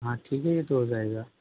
हाँ ठीक है ये तो हो जाएगा